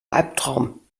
albtraum